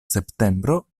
septembro